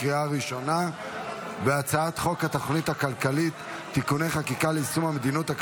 אושרה בקריאה ראשונה ותעבור לדיון בוועדת הכספים לצורך הכנתה